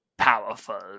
powerful